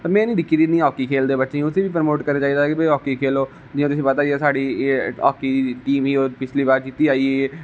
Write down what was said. में नी दिक्खी दी हाॅकी खेलदे बच्चें गी उत्थै बी प्रमोट करना चाहिदा कि हाॅकी खेलो जि'यां हून तुसे गी पता गै है साढ़ी हाॅकी टीम ही ओह् पिछली बार जित्ती आई ही